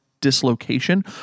Dislocation